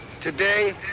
Today